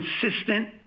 consistent